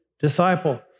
disciple